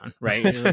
right